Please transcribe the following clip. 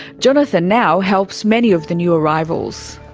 jonathan now helps many of the new arrivals.